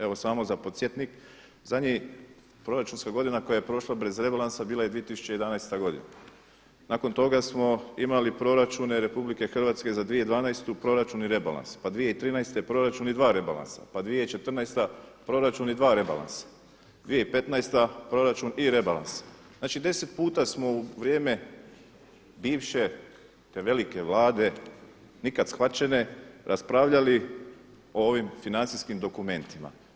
Evo samo za podsjetnik, zadnji proračunska godina koja je prošla bez rebalansa bila je 2011. godina, nakon toga smo imali proračune RH za 2012. proračun i rebalans, pa 2013. proračun i dva rebalansa, pa 2014. proračun i dva rebalansa, 2015. proračun i rebalans, znači deset puta smo u vrijeme bivše te velike vlade nikad shvaćene raspravljali o ovim financijskim dokumentima.